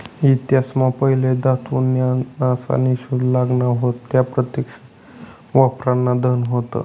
इतिहास मा पहिले धातू न्या नासना शोध लागना व्हता त्या प्रत्यक्ष वापरान धन होत